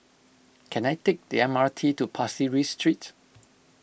can I take the M R T to Pasir Ris Street